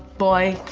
boy,